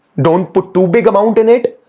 don't put too big amount in it.